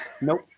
Nope